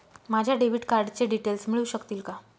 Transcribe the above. माझ्या डेबिट कार्डचे डिटेल्स मिळू शकतील का?